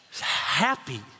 Happy